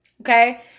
Okay